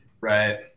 right